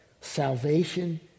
Salvation